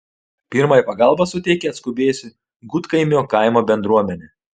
pirmąją pagalbą suteikė atskubėjusi gudkaimio kaimo bendruomenė